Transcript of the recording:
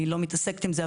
אני לא מתעסקת עם זה,